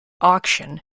auction